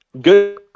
Good